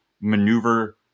maneuver